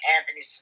Anthony